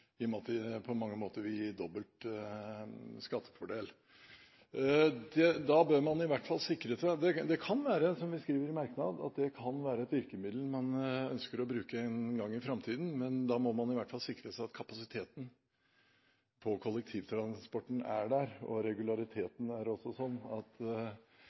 på mange måter vil gi dobbelt skattefordel. Det kan – som vi skriver i en merknad – være et virkemiddel man ønsker å bruke en gang i framtiden, men da må man i hvert fall sikre at det er kapasitet i kollektivtransporten, og at regulariteten er sånn at